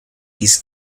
his